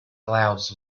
clouds